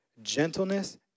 Gentleness